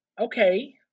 okay